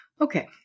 Okay